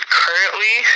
currently